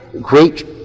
great